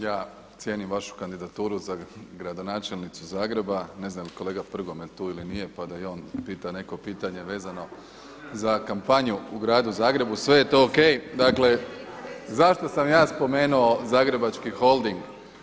Ja cijenim vašu kandidaturu za gradonačelnicu Zagreba, ne znam jel kolega Prgomet tu ili nije pa da i on pita neko pitanje vezano za kampanju u gradu Zagrebu, sve je to o.k. Dakle, zašto sam ja spomenuo Zagrebački holding?